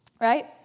Right